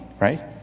right